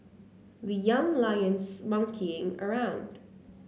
the Young Lions monkeying around